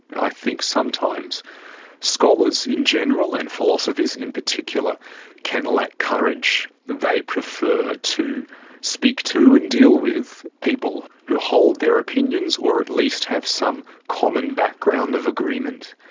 i think sometimes scholars in general and philosophers in particular can lack courage they prefer to speak to and deal with people who hold their opinions or at least have some common background of agreement,